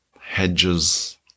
...hedges